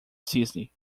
cisne